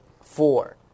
Four